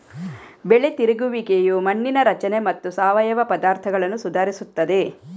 ಬೆಳೆ ತಿರುಗುವಿಕೆಯು ಮಣ್ಣಿನ ರಚನೆ ಮತ್ತು ಸಾವಯವ ಪದಾರ್ಥಗಳನ್ನು ಸುಧಾರಿಸುತ್ತದೆ